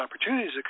opportunities